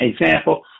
example